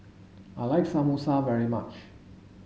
I like Samosa very much